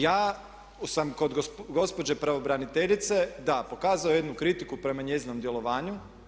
Ja sam kod gospođe pravobraniteljice da pokazao jednu kritiku prema njezinom djelovanju.